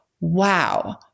wow